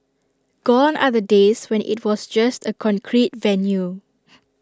gone are the days when IT was just A concrete venue